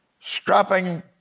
Scrapping